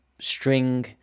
string